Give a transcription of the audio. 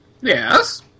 Yes